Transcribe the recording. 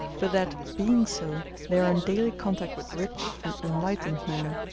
but that, being so, they are in daily contact with rich and enlightened men.